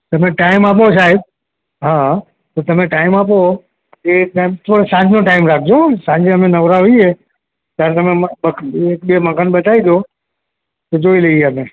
તમે ટાઈમ આપો સાહેબ હા તો તમે ટાઈમ આપો એ જ ટાઇમ થોડો સાંજનો ટાઈમ રાખજો હો સાંજે અમે નવરા હોઈએ ત્યારે તમે મક એક બે મકાન બતાવી દો તો જોઈ લઈએ અમે